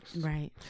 Right